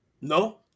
no